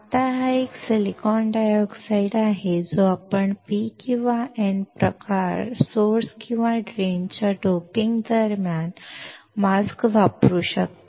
आता हा एक सिलिकॉन डायऑक्साइड आहे जो आपण P किंवा N प्रकार स्त्रोत किंवा ड्रेनच्या डोपिंग दरम्यान मास्क वापरू शकता